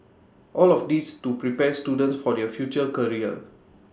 all of this to prepare students for their future career